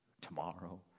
tomorrow